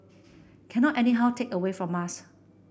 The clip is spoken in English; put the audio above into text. cannot anyhow take away from us